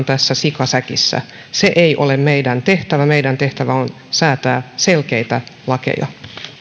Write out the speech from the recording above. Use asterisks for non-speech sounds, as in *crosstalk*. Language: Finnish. *unintelligible* tässä sikaa säkissä se ei ole meidän tehtävämme meidän tehtävämme on säätää selkeitä lakeja